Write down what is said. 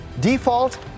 default